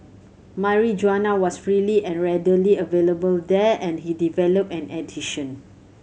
Marijuana was freely and readily available there and he developed an addiction